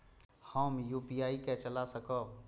हम यू.पी.आई के चला सकब?